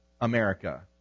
America